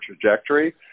trajectory